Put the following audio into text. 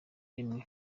rimwe